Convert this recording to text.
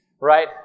Right